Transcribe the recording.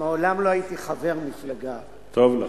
ומעולם לא הייתי חבר מפלגה, טוב לך.